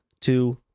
two